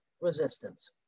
resistance